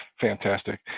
fantastic